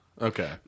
Okay